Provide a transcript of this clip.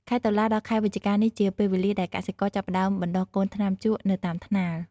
ខែតុលា ដល់ ខែវិច្ឆិកា នេះជាពេលវេលាដែលកសិករចាប់ផ្ដើមបណ្ដុះកូនថ្នាំជក់នៅតាមថ្នាល។